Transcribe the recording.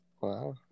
Wow